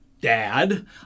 dad